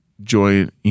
join